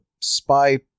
spy